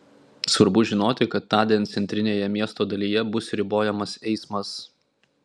svarbu žinoti kad tądien centrinėje miesto dalyje bus ribojamas eismas